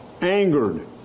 angered